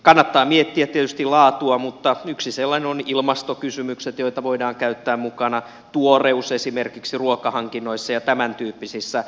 kannattaa miettiä tietysti laatua yksi sellainen on ilmastokysymykset joita voidaan käyttää mukana tuoreus esimerkiksi ruokahankinnoissa ja tämäntyyppisissä